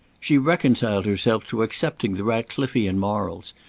she reconciled herself to accepting the ratcliffian morals,